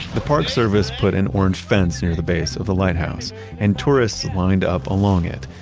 the park service put an orange fence near the base of the lighthouse and tourists lined up along it.